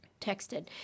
texted